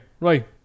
right